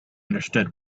understood